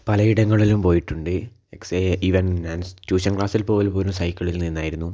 പലയിടങ്ങളിലും പോയിട്ടുണ്ട് സെ ഇവൻ ഞാൻ ട്യൂഷൻ ക്ലാസ്സിൽ പോലും പോയിരുന്നത് സൈക്കിളിൽ നിന്നായിരുന്നു